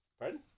Pardon